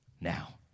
now